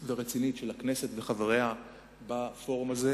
ורצינית של הכנסת וחבריה בפורום הזה,